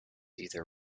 either